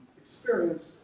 experience